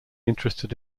interested